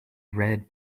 red